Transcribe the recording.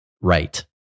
right